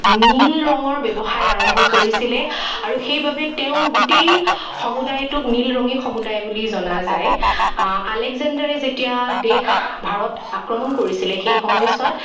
নীল ৰঙৰ ব্য়ৱসায় আৰম্ভ কৰিছিলে আৰু সেইবাবে তেওঁৰ গোটেই সমুদায়টোক নীলৰঙী সমুদায় বুলি জনা যায় আলেকজেণ্ডাৰে যেতিয়া দেশ ভাৰত আক্ৰমণ কৰিছিলে সেই সময়ছোৱাত